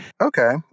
Okay